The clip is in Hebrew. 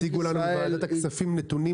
הציגו לנו בוועדת הכספים נתונים.